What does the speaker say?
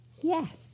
yes